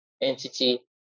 entity